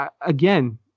Again